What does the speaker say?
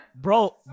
bro